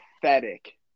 pathetic